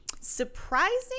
surprising